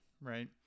right